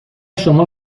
شما